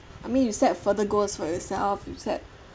I mean you set further goals for yourself you set